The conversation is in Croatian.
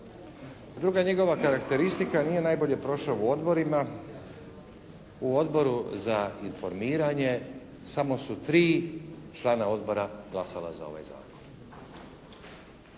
Druga njegova karakteristika nije najbolje prošao na odborima. U Odboru za informiranje samo su tri člana odbora glasala za ovaj zakon,